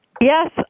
Yes